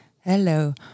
Hello